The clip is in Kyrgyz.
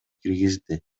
киргизди